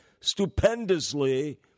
stupendously